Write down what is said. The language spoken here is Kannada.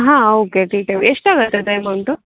ಹಾಂ ಓಕೆ ಟಿ ಟೇವ್ ಎಷ್ಟಾಗುತ್ತದೆ ಅಮೌಂಟು